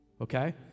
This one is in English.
Okay